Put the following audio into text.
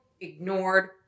ignored